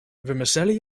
vermicelli